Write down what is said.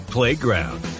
Playground